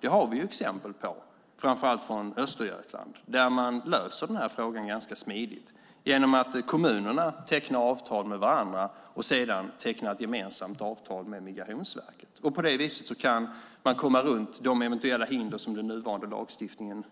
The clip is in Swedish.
Det har vi ju exempel på framför allt från Östergötland där man löser frågan ganska smidigt genom att kommunerna tecknar avtal med varandra och sedan tecknar ett gemensamt avtal med Migrationsverket. På det viset kan man komma runt de eventuella hinder som den nuvarande lagstiftningen